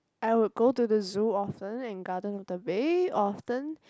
I would go to the zoo often and Gardens by the Bay often